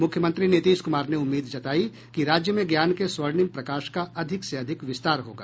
मुख्यमंत्री नीतीश कुमार ने उम्मीद जतायी कि राज्य में ज्ञान के स्वर्णिम प्रकाश का अधिक से अधिक विस्तार होगा